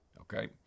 okay